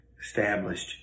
established